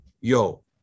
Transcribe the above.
yo